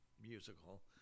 musical